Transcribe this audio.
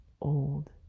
old